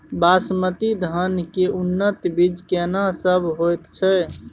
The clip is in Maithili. बासमती धान के उन्नत बीज केना सब होयत छै?